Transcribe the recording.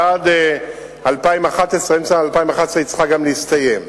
ועד אמצע 2011 היא צריכה גם להסתיים.